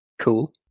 Cool